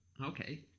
okay